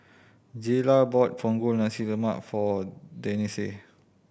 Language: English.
Jayla bought Punggol Nasi Lemak for Denese